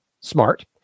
smart